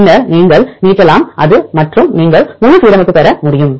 பின்னர் நீங்கள் நீட்டலாம் அது மற்றும் நீங்கள் முழு சீரமைப்பு பெற முடியும்